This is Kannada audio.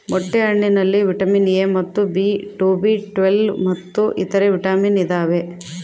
ಮೊಟ್ಟೆ ಹಣ್ಣಿನಲ್ಲಿ ವಿಟಮಿನ್ ಎ ಮತ್ತು ಬಿ ಟು ಬಿ ಟ್ವೇಲ್ವ್ ಮತ್ತು ಇತರೆ ವಿಟಾಮಿನ್ ಇದಾವೆ